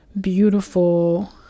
beautiful